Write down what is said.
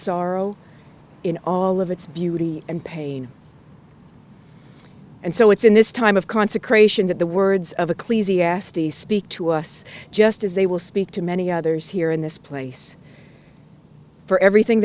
sorrow in all of its beauty and pain and so it's in this time of consecration that the words of the cli's e s d speak to us just as they will speak to many others here in this place for everything